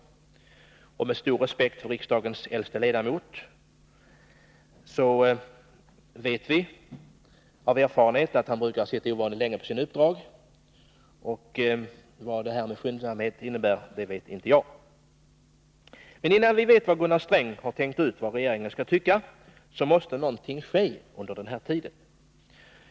Vi har stor respekt för riksdagens äldste ledamot, men vet ju av erfarenhet att han brukar sitta ovanligt länge på sina uppdrag. Vad talet om skyndsamhet innebär vet därför inte jag. Men innan vi vet vad Gunnar Sträng har tänkt ut att regeringen skall tycka, måste någonting ske under tiden.